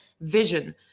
vision